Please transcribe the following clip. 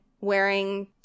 wearing